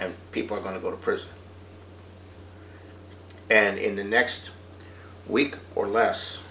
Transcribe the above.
and people are going to go to prison and in the next week or less